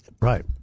Right